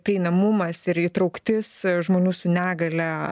prieinamumas ir įtrauktis žmonių su negalia